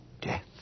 Death